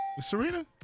Serena